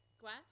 Glass